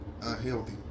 unhealthy